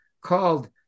called